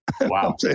Wow